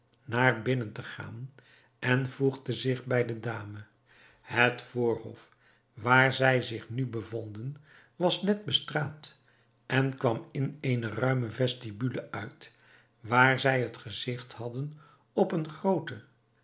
naar binnen te gaan en voegde zich bij de dame het voorhof waar zij zich nu bevonden was net bestraat en kwam in eene ruime vestibule uit waar zij het gezigt hadden op eene groote